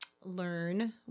learn